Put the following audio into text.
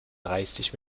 dreißig